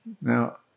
now